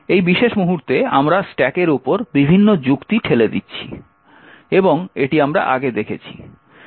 এই বিশেষ মুহুর্তে আমরা স্ট্যাকের উপর বিভিন্ন যুক্তি ঠেলে দিচ্ছি এবং এটি আমরা আগে দেখেছি